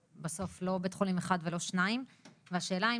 בסוף לא בית חולים אחד ולא שניים והשאלה שלי היא